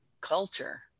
culture